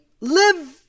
live